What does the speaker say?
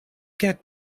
get